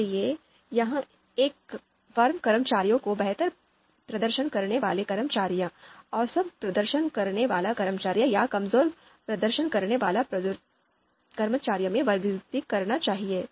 इसलिए एक फर्म कर्मचारियों को बेहतर प्रदर्शन करने वाले कर्मचारियों औसत प्रदर्शन करने वाले कर्मचारियों या कमजोर प्रदर्शन करने वाले कर्मचारियों में वर्गीकृत करना चाहेगी